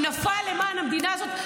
הוא נפל למען המדינה הזאת,